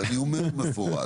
אבל אני אומר במפורש,